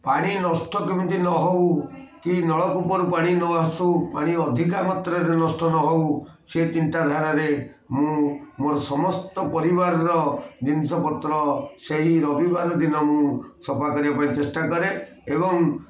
ପାଣି ନଷ୍ଟ କେମିତି ନ ହଉ କି ନଳକୂପରୁ ପାଣି ନ ଆସୁ ପାଣି ଅଧିକା ମାତ୍ରାରେ ନଷ୍ଟ ନ ହଉ ସେ ଚିନ୍ତାଧାରାରେ ମୁଁ ମୋର ସମସ୍ତ ପରିବାରର ଜିନିଷପତ୍ର ସେହି ରବିବାର ଦିନ ମୁଁ ସଫା କରିବା ପାଇଁ ଚେଷ୍ଟା କରେ ଏବଂ